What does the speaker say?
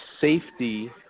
safety